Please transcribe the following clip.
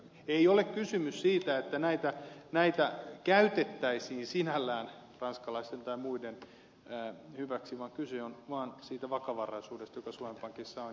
ei ole kysymys siitä että näitä käytettäisiin sinällään ranskalaisten tai muiden hyväksi vaan kyse on vaan siitä vakavaraisuudesta joka suomen pankissa on